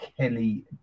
Kelly